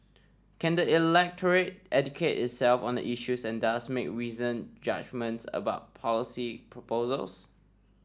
can the electorate educate itself on the issues and thus make reasoned judgements about policy proposals